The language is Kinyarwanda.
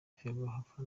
ferwafa